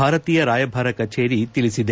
ಭಾರತೀಯ ರಾಯಭಾರಿ ಕಚೇರಿ ತಿಳಿಸಿದೆ